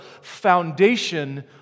foundation